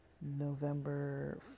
November